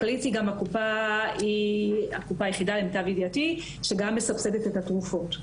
הכללית היא הקופה היחידה לפי מיטב ידיעתי שגם מסבסדת את התרופות.